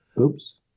Oops